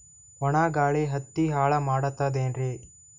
ಒಣಾ ಗಾಳಿ ಹತ್ತಿ ಹಾಳ ಮಾಡತದೇನ್ರಿ?